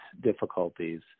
difficulties